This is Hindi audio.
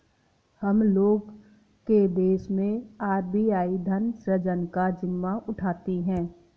हम लोग के देश मैं आर.बी.आई धन सृजन का जिम्मा उठाती है